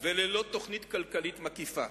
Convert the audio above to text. וללא תוכנית כלכלית מקיפה.